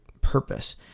purpose